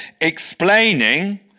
explaining